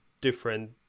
different